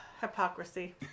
Hypocrisy